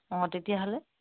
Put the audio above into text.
অঁ তেতিয়াহ'লে